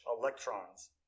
electrons